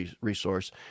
resource